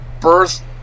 birth